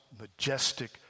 majestic